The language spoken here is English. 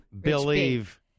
Believe